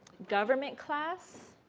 government class,